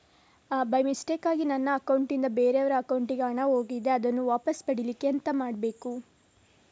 By ಮಿಸ್ಟೇಕಾಗಿ ನನ್ನ account ನಿಂದ ಬೇರೆಯವರ ಅಕೌಂಟ್ ಗೆ ಹಣ ಹೋಗಿದೆ ಅದನ್ನು ವಾಪಸ್ ಪಡಿಲಿಕ್ಕೆ ಎಂತ ಮಾಡಬೇಕು?